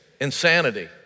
insanity